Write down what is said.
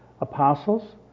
Apostles